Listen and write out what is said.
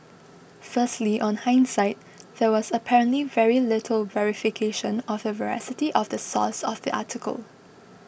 firstly on hindsight there was apparently very little verification of the veracity of the source of the article